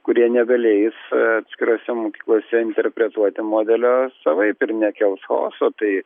kurie nebeleis atskirose mokyklose interpretuoti modelio savaip ir nekels chaoso tai